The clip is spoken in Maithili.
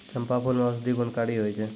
चंपा फूल मे औषधि गुणकारी होय छै